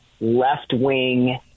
left-wing